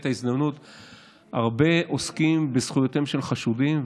הרבה עוסקים בזכויותיהם של חשודים,